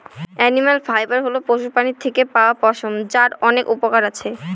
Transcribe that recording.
animal fibre হল পশুপ্রাণীর থেকে পাওয়া পশম, যার অনেক উপকরণ আছে